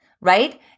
right